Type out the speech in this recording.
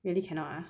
really cannot lah